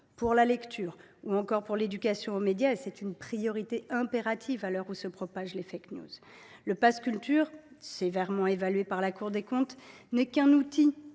de la lecture ou encore de l’éducation aux médias, qui est une priorité impérative à l’heure où se propagent les. Le pass Culture, sévèrement évalué par la Cour des comptes, est seulement un outil